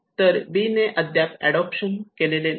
तर 'बी' ने अद्याप अडोप्शन केले नाही